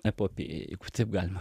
epopėja jeigu taip galima